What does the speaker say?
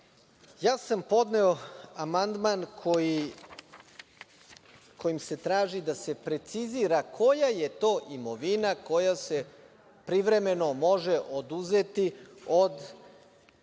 sam amandman kojim se traži da se precizira koja je to imovina koja se privremeno može oduzeti od